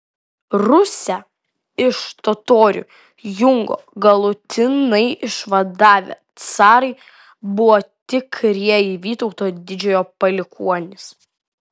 rusią iš totorių jungo galutinai išvadavę carai buvo tikrieji vytauto didžiojo palikuonys